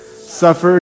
suffered